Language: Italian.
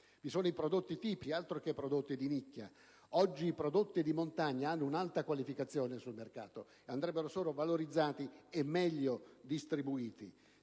Ci sono i prodotti tipici: altro che prodotti di nicchia! Oggi i prodotti di montagna hanno un'alta qualificazione sul mercato e andrebbero solo valorizzati e meglio distribuiti.